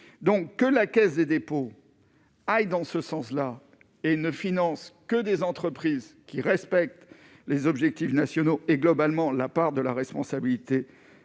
donc que la Caisse des dépôts, aille dans ce sens-là et ne finance que des entreprises qui respectent les objectifs nationaux et, globalement, la part de la responsabilité